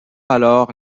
alors